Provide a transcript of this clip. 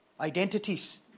identities